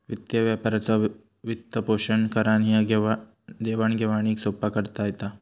वित्तीय व्यापाराचो वित्तपोषण करान ह्या देवाण घेवाणीक सोप्पा करता येता